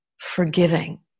forgiving